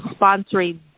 sponsoring